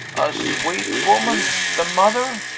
a sweet woman, the mother?